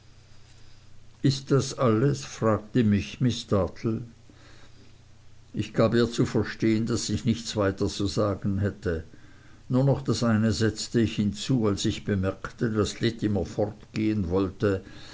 ist das alles fragte mich miß dartle ich gab ihr zu verstehen daß ich nichts weiter zu sagen hätte nur noch das eine setzte ich hinzu als ich bemerkte daß littimer fortgehen wollte